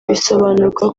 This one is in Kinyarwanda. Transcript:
bisobanurwa